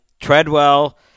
Treadwell